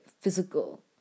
physical